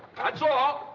that's all.